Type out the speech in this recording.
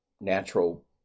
natural